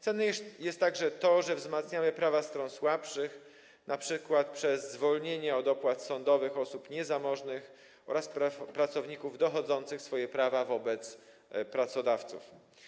Cenne jest także to, że wzmacniamy prawa stron słabszych, np. przez zwolnienie od opłat sądowych osób niezamożnych oraz pracowników dochodzących swoich praw wobec pracodawców.